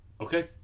Okay